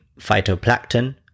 phytoplankton